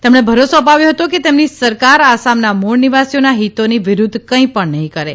તેમણે ભરોસો અપાવ્યો હતો કે તેમનીસરકાર આસામના મૂળ નિવાસીઓના હિતોની વિરૂધ્ધ કંઇ પણ નહીં કરે